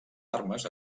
armes